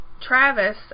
Travis